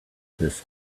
this